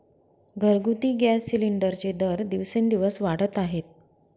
घरगुती गॅस सिलिंडरचे दर दिवसेंदिवस वाढत आहेत